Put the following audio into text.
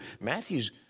Matthew's